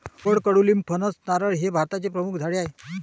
वड, कडुलिंब, फणस, नारळ हे भारताचे प्रमुख झाडे आहे